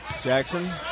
Jackson